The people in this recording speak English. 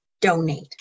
donate